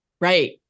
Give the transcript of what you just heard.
Right